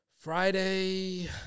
Friday